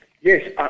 Yes